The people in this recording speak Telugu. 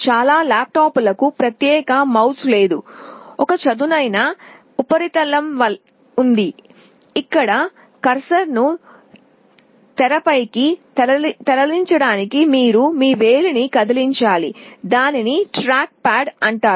చాలా ల్యాప్టాప్లకు ప్రత్యేక మౌస్ లేదు ఒక చదునైన ఉపరితలం ఉంది ఇక్కడ కర్సర్ను తెరపైకి తరలించడానికి మీరు మీ వేలిని కదిలించాలి దానిని ట్రాక్ప్యాడ్ అంటారు